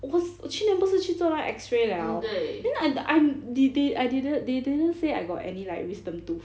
我 s~ 我去年不是去不是去做那个 X-ray liao I I'm the~ the~ I didn't they didn't say that I got any like wisdom tooth